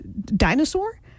dinosaur